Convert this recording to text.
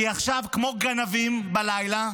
כי עכשיו, כמו גנבים בלילה,